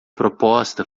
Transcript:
proposta